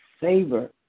savor